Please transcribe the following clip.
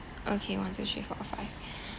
okay one two three four five